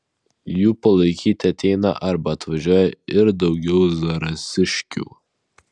jų palaikyti ateina arba atvažiuoja ir daugiau zarasiškių